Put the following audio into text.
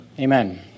Amen